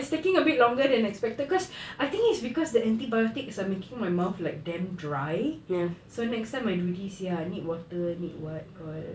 it's taking a bit longer than expected cause I think it's cause the antibiotics are making my mouth like damn dry so next time I do this sia I need water need what what